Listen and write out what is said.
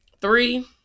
three